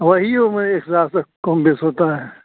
वही वह मेरे हिसाब से कम बेस होता है